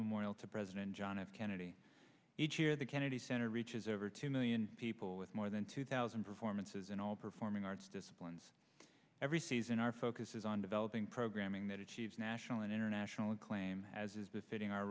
memorial to president john f kennedy each year the kennedy center reaches over two million people with more than two thousand performances in all performing arts disciplines every season our focus is on developing programming that achieves national and international acclaim has is the fitting our